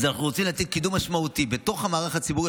אנחנו רוצים להציג קידום משמעותי לפסיכיאטרים בתוך המערך הציבורי,